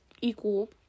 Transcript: equal